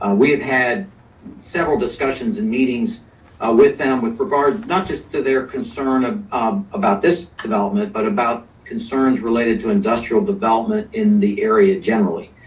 ah we have had several discussions and meetings ah with them with regard, not just to their concern ah about this development, but about concerns related to industrial development in the area generally.